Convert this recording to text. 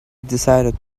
decided